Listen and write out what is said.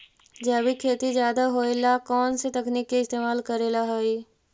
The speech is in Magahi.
जैविक खेती ज्यादा होये ला कौन से तकनीक के इस्तेमाल करेला हई?